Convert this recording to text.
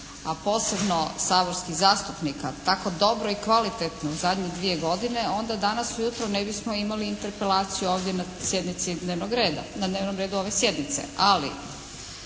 a posebno saborskih zastupnika tako dobro i kvalitetno u zadnje dvije godine, onda danas ujutro ne bismo imali interpelaciju ovdje na sjednici